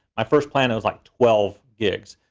my first plan, it was like twelve gigs.